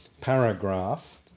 Paragraph